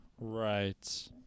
Right